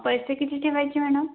पैसे किती ठेवायचे मॅडम